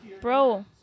bro